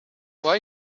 why